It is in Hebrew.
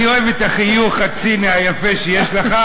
אני אוהב את החיוך הציני היפה שיש לך.